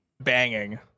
banging